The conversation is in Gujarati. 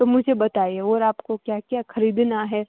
તો મુઝે બતાઈએ ઓર આપકો કયા કયા ખરીદના હે